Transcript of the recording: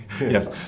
Yes